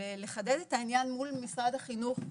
לחדד את העניין מול משרד החינוך,